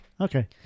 Okay